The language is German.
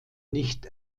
nicht